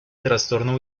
trastorno